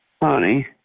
Honey